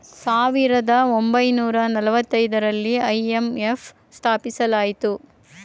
ಸಾವಿರದ ಒಂಬೈನೂರ ನಾಲತೈದರಲ್ಲಿ ಐ.ಎಂ.ಎಫ್ ಸ್ಥಾಪಿಸಲಾಯಿತು